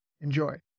Enjoy